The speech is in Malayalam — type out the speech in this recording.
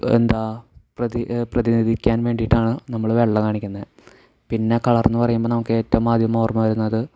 എന്താണ് പ്രതി പ്രതിനിധിക്കാൻ വേണ്ടിയിട്ടാണ് നമ്മൾ വെള്ള കാണിക്കുന്നത് പിന്നെ കളർ എന്ന് പറയുമ്പോൾ നമുക്ക് ഏറ്റവും ആദ്യം ഓർമ്മ വരുന്നത്